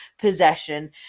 possession